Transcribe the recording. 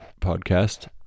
podcast